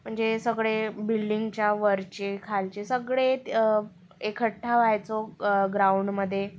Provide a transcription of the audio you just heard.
म्हणजे सगळे बिल्डींगच्या वरचे खालचे सगळे एकठ्ठा व्हायचो ग्राउंडमध्ये